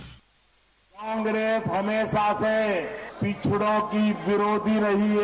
bite Congress हमेशा से पिछड़ों की विरोधी रही है